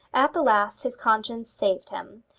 at the last his conscience saved him,